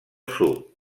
sud